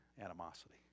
animosity